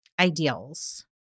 ideals